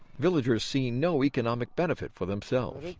villagers see no economic benefit for themselves.